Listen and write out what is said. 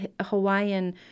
Hawaiian